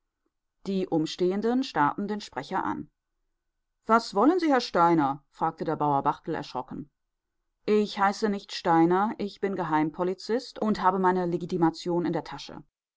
die umstehenden starrten den sprecher an was wollen sie herr steiner fragte der bauer barthel erschrocken ich heiße nicht steiner ich bin geheimpolizist und habe meine legitimation in der tasche